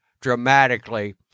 dramatically